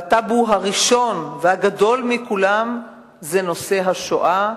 והטבו הראשון והגדול מכולם זה נושא השואה,